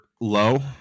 low